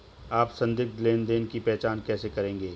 आप संदिग्ध लेनदेन की पहचान कैसे करेंगे?